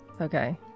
okay